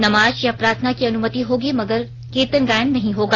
नमाज या प्रार्थना की अनुमति होगी मगर कीर्तन गायन नहीं होगा